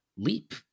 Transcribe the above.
leap